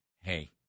hey